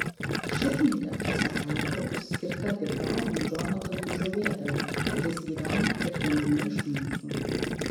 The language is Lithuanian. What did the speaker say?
ši knyga pasak autoriaus skirta tikrajam džonatanui žuvėdrai kuris gyvena kiekviename iš mūsų